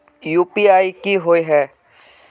UPI की होय है?